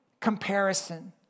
comparison